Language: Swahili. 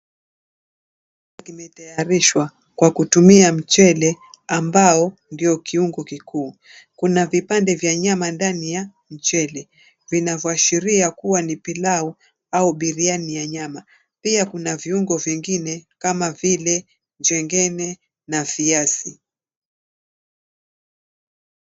Kimetayarishwa kwa kutumia mchele ambao ndio kiungo kikuu. Kuna vipande vya nyama ndani ya mchele, vinavyoashiria kuwa ni pilau au biriani ya nyama. Pia kuna viungo vingine kama vile njengene na viazi.